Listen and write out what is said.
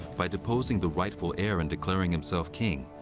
by deposing the rightful heir and declaring himself king,